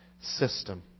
system